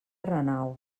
renau